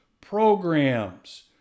programs